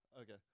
okay